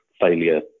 failure